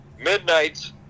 midnight